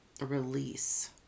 release